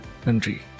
country